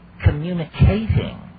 communicating